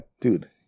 dude